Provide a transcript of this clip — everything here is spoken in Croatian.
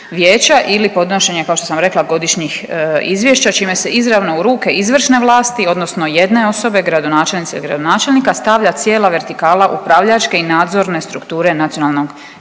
ili podnošenje kao što sam rekla godišnjih izvješća čime se izravno u ruke izvršne vlati, odnosno jedne osobe gradonačelnice i gradonačelnika stavlja cijela vertikala upravljačke i nadzorne strukture nacionalnog kazališta.